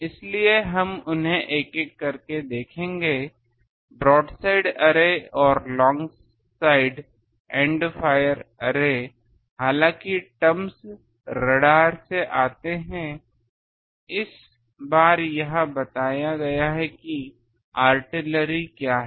इसलिए हम उन्हें एक एक करके देखेंगे ब्रोडसाइड अरे और लॉन्ग साइडएंड फायर अरे हालांकि टर्म्स राडार से आते हैं इस बार यह बताया गया कि आर्टिलरी क्या है